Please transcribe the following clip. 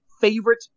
favorite